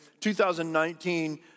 2019